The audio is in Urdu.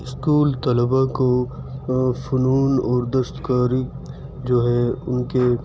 اسکول طلبہ کو فنون اور دستکاری جو ہے اُن کے